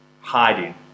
Hiding